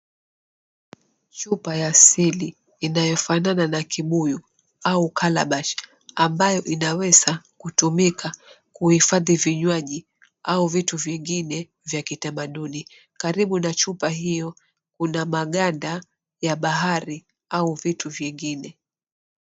Chupa ya asili inayofanana na kibuyu au calabash ambayo inaweza kutumika kuhifadhi vinywaji au vitu vingine vya kitamaduni. Karibu na chupa hiyo kuna maganda ya bahari au vitu vingine.